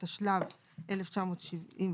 התשל"ו-1976,